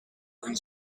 een